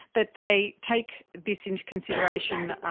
that they take this into consideration,